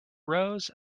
rose